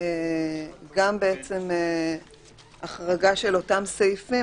גם החרגה של אותם סעיפים,